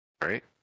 right